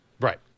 right